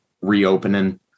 reopening